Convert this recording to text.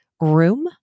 room